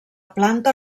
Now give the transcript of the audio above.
planta